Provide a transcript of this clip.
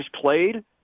played